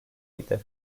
idi